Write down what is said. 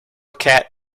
cat